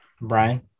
Brian